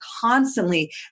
constantly